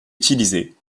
utilisés